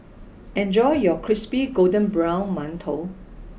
enjoy your crispy golden brown mantou